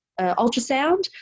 ultrasound